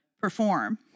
perform